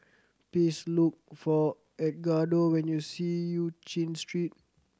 please look for Edgardo when you see Eu Chin Street